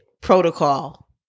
protocol